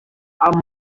our